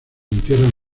entierran